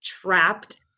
trapped